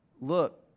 look